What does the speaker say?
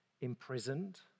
imprisoned